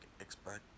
expect